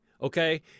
okay